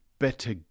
better